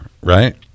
right